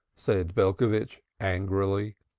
said belcovitch angrily,